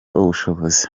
ubushobozi